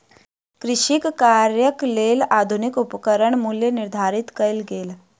कृषि कार्यक लेल आधुनिक उपकरणक मूल्य निर्धारित कयल गेल